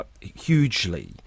hugely